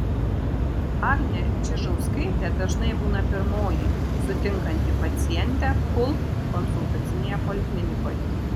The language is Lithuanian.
agnė čižauskaitė dažnai būna pirmoji sutinkanti pacientę kul konsultacinėje poliklinikoje